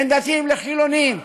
בין דתיים לחילונים,